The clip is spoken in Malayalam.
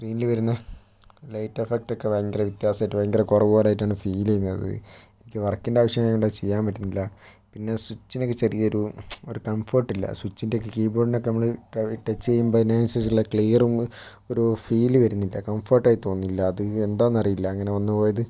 സ്ക്രീനിൽ വരുന്ന ലൈറ്റെഫക്റ്റൊക്കെ ഭയങ്കര വ്യത്യാസമായിട്ട് ഭയങ്കര കുറവ് പോലെയായിട്ടാണ് ഫീൽ ചെയ്യുന്നത് എനിക്ക് വർക്കിൻറെ ആവശ്യമായതുകൊണ്ടത് ചെയ്യാൻ പറ്റുന്നില്ല പിന്നെ സ്വിച്ചിനൊക്കെ ചെറിയൊരു ഒരു കംഫെർട്ടില്ല സ്വിച്ചിൻറെ കീബോർഡിനൊക്കെ നമ്മൾ ടച്ച് ചെയ്യുമ്പോൾ തന്നെ അതിനനുസരിച്ചിട്ടുള്ള ക്ലിയറും ഒരു ഫീൽ വരുന്നില്ല കംഫർട്ടായി തോന്നുന്നില്ല അത് എന്താന്നറിയില്ല അങ്ങനെ വന്ന് പോയത്